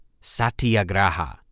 satyagraha